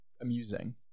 amusing